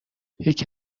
یکی